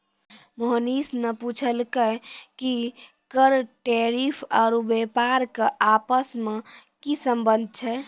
मोहनीश ने पूछलकै कि कर टैरिफ आरू व्यापार के आपस मे की संबंध छै